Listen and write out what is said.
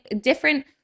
different